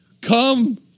come